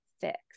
fix